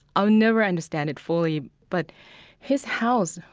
ah never understand it fully, but his house,